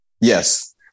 Yes